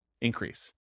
increase